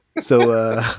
So-